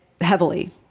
heavily